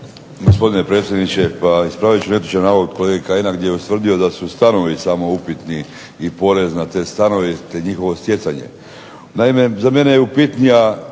Gospodine predsjedniče, pa ispravit ću netočan navod kolege Kajina gdje je ustvrdio da su stanovi samo upitni i porez na te stanove, te njihove stjecanje. Naime, za mene je upitnije